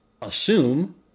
assume